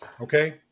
Okay